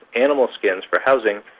animal skins for housing,